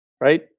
right